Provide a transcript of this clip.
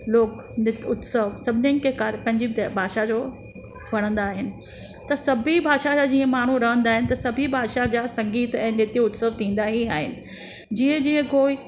लोक नृत्य उत्सव सभिनिनि खे पंहिंजी भाषा जो वणंदा आहिनि त सभु भाषा जा जीअं माण्हू रहंदा आहिनि त सभु भाषा जा संगीत ऐं नृत्य उत्सव थींदा ई आहिनि जीअं जीअं कोई